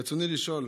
רצוני לשאול: